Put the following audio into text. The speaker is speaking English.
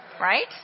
Right